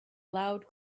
loud